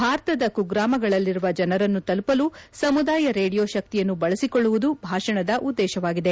ಭಾರತದ ಕುಗ್ರಮಗಳಲ್ಲಿರುವ ಜನರನ್ನು ತಲುಪಲು ಸಮುದಾಯ ರೇಡಿಯೂ ಶಕ್ತಿಯನ್ನು ಬಳಸಿಕೊಳ್ಳುವುದು ಭಾಷಣದ ಉದ್ದೇಶವಾಗಿದೆ